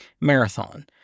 Marathon